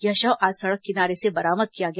यह शव आज सड़क किनारे से बरामद किया गया